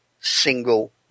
single